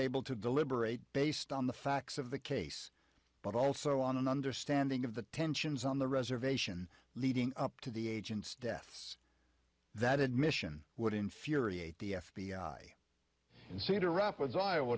able to deliberate based on the facts of the case but also on an understanding of the tensions on the reservation leading up to the agent's deaths that admission would infuriate the f b i in cedar rapids iowa